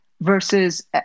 versus